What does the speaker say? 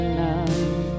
love